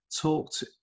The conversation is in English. talked